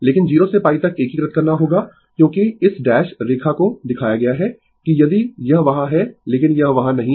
लेकिन 0 से π तक एकीकृत करना होगा क्योंकि इस डैश रेखा को दिखाया गया है कि यदि यह वहां है लेकिन यह वहां नहीं है